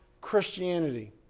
Christianity